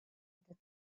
that